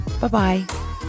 bye-bye